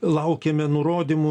laukėme nurodymų